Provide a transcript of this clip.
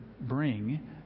bring